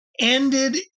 ended